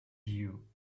you